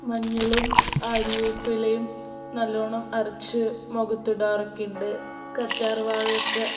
മഞ്ഞളും ആര്യവേപ്പിലയും നല്ലവണ്ണം അരച്ചു മുഖത്തിടാറൊക്കെയുണ്ട് കറ്റാർ വാഴയൊക്കെ